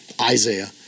Isaiah